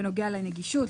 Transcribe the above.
בנוגע לנגישות,